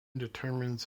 determines